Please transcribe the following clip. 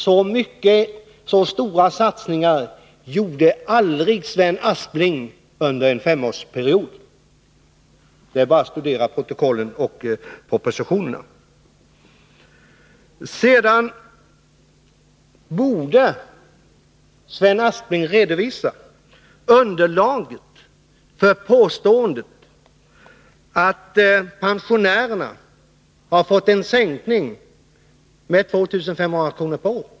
Så stora satsningar gjorde aldrig Sven Aspling under en femårsperiod. Det är bara att studera protokollen och propositionerna. Sedan borde Sven Aspling redovisa underlaget för påståendet att pensionärerna har fått en sänkning med 2 500 kr. per år.